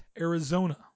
Arizona